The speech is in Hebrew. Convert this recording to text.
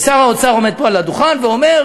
ושר האוצר עומד פה על הדוכן ואומר: